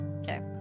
Okay